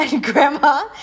grandma